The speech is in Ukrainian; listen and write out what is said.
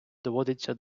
доводиться